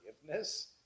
forgiveness